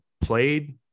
played